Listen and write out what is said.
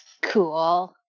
Cool